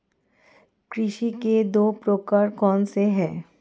कृषि के दो प्रकार कौन से हैं?